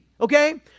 okay